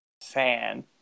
fan